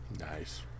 Nice